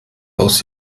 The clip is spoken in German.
aus